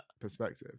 perspective